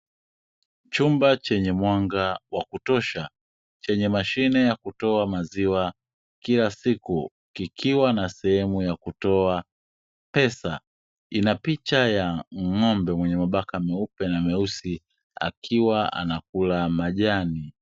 Chumba chenye mwanga wa kutosha chenye mashine ya kutoa maziwa kila siku, kikiwa na sehemu ya kutoa pesa. Ina picha ya ng'ombe mwenye mabaka meupe na meusi akiwa anakula majani.